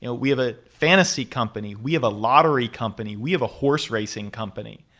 ah we have a fantasy company. we have a lottery company. we have a horseracing company,